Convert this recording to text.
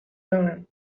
time